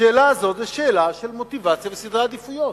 השאלה הזאת היא שאלה של מוטיבציה וסדרי עדיפויות: